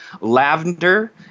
Lavender